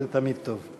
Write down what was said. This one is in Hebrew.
זה תמיד טוב.